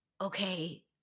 okay